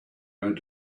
going